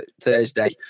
Thursday